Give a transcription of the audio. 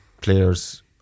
players